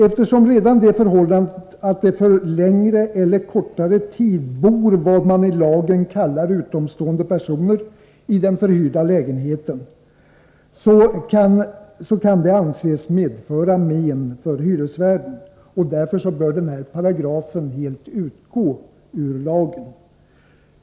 Eftersom redan det förhållandet, att det för längre eller kortare tid bor vad man i lagen kallar utomstående personer i den förhyrda lägenheten, kan anses medföra men för hyresvärden, bör denna paragraf utgå ur lagen.